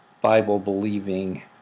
Bible-believing